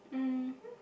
mmhmm